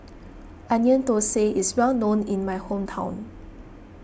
Onion Thosai is well known in my hometown